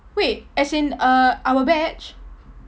wait as in uh our batch